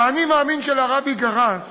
ה"אני מאמין" של הרבי גרס